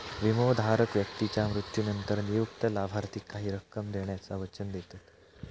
विमोधारक व्यक्तीच्या मृत्यूनंतर नियुक्त लाभार्थाक काही रक्कम देण्याचा वचन देतत